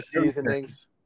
seasonings